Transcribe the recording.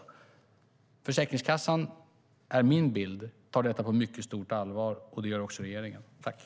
Min bild är att Försäkringskassan tar detta på mycket stort allvar, och det gör regeringen också.